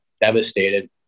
devastated